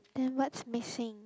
then what's missing